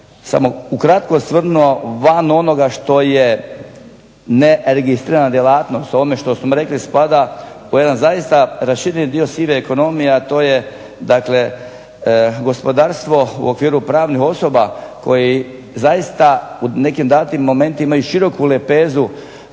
samo ukratko osvrnuo van onoga što je neregistrirana djelatnost, u ovome što smo rekli spada u jedan zaista rašireni dio sive ekonomije, a to je dakle gospodarstvo u okviru pravnih osoba, koji zaista u nekim datim momentima i široku lepezu